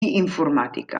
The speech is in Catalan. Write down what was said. informàtica